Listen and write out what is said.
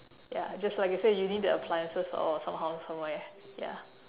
ya just like you say you need the appliances or somehow somewhere ya